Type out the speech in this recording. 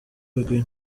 bikwiye